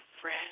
fresh